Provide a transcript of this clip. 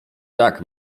tak